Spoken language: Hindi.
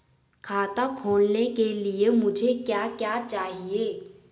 खाता खोलने के लिए मुझे क्या क्या चाहिए?